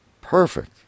Perfect